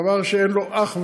דבר שאין לו אח ורע.